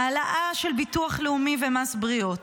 העלאה של ביטוח לאומי ומס בריאות,